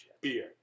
beer